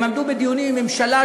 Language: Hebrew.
הם עמדו בדיונים עם ממשלה,